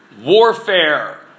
Warfare